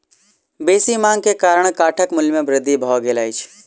बेसी मांग के कारण काठक मूल्य में वृद्धि भ गेल अछि